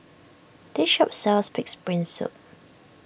this shop sells Pig's Brain Soup